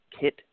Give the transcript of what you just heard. Kit